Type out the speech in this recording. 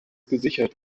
gesichert